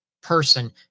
person